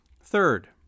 Third